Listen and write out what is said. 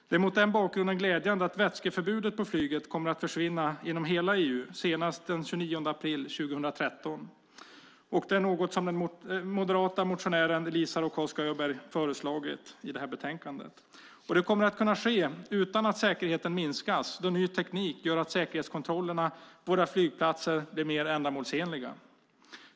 Det är mot den bakgrunden glädjande att vätskeförbudet på flyget kommer att försvinna inom hela EU senast den 29 april 2013. Det är något som den moderata motionären Eliza Roszkowska Öberg föreslagit i det här betänkandet. Det kommer att ske utan att säkerheten minskas då ny teknik gör att säkerhetskontrollerna på våra flygplatser blir mer ändamålsenliga.